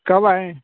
कब आएँ